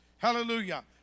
Hallelujah